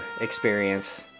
experience